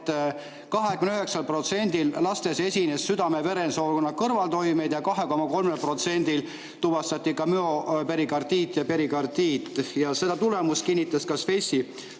et 29% lastel esines südame-veresoonkonnale kõrvaltoimeid ja 2,3%‑l tuvastati müoperikardiit ja perikardiit. Seda tulemust kinnitas ka Šveitsis